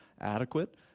adequate